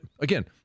again